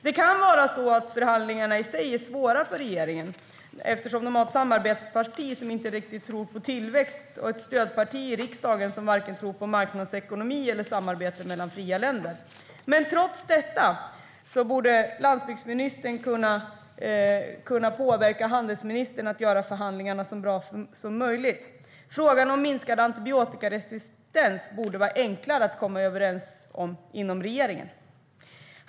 Det kan vara så att förhandlingarna i sig är svåra för regeringen eftersom de har ett samarbetsparti som inte riktigt tror på tillväxt och ett stödparti i riksdagen som varken tror på marknadsekonomi eller på samarbete mellan fria länder. Men trots detta borde landsbygdsministern kunna påverka handelsministern att göra förhandlingarna så bra som möjligt. Frågan om minskad antibiotikaresistens borde vara enklare att komma överens om inom regeringen.